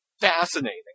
fascinating